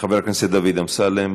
חבר הכנסת דוד אמסלם,